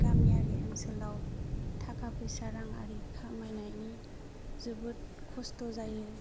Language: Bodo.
गामियारि ओनसोलाव थाखा फैसा रांआरि खामायनायनि जोबोट खस्थ' जायो